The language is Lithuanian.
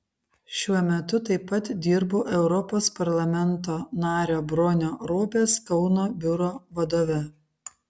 šiuo metu taip pat dirbu europos parlamento nario bronio ropės kauno biuro vadove